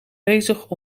bezig